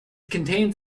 contains